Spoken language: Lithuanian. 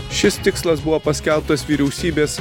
šis tikslas buvo paskelbtas vyriausybės